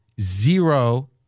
zero